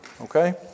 Okay